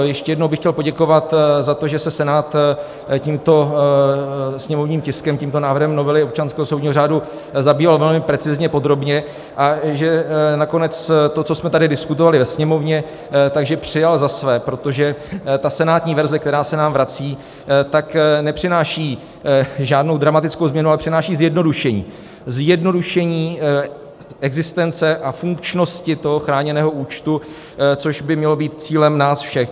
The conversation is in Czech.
Ještě jednou bych chtěl poděkovat za to, že se Senát tímto sněmovním tiskem, tímto návrhem novely občanského soudního řádu zabýval velmi precizně, podrobně a že nakonec to, co jsme tady diskutovali ve Sněmovně, přijal za své, protože senátní verze, která se nám vrací, nepřináší žádnou dramatickou změnu, ale přináší zjednodušení: zjednodušení existence a funkčnosti chráněného účtu, což by mělo být cílem nás všech.